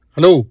Hello